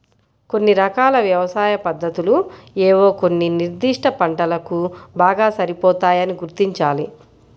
కొన్ని రకాల వ్యవసాయ పద్ధతులు ఏవో కొన్ని నిర్దిష్ట పంటలకు బాగా సరిపోతాయని గుర్తించాలి